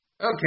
Okay